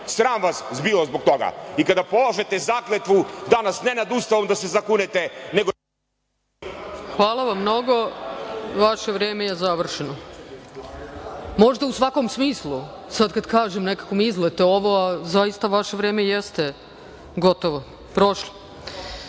Sram vas bilo zbog toga. I kada polažete zakletvu danas, ne nad Ustavom da se zakunete, nego… **Ana Brnabić** Hvala vam mnogo. Vaše vreme je završeno. Možda u svakom smislu, sad kad kažem, nekako mi izlete ovo, ali zaista vaše vreme jeste gotovo, prošlo. Reč